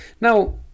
Now